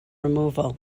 removal